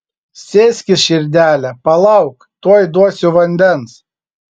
sėskis širdele palauk tuoj duosiu vandens